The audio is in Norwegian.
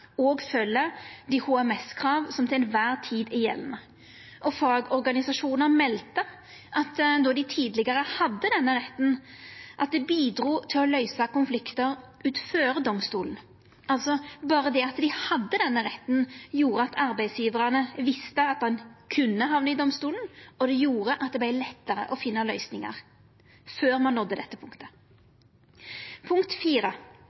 òg følgjer dei HMS-krava som til kvar tid gjeld. Fagorganisasjonar melder at då dei tidlegare hadde denne retten, bidrog det til å løysa konfliktar før domstolane. Berre det at dei hadde denne retten, gjorde altså at arbeidsgjevarane visste at dei kunne hamna i domstolen, og det gjorde at det vart lettare å finna løysingar – før ein nådde dette